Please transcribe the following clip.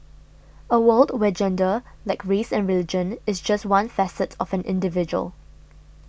a world where gender like race and religion is just one facet of an individual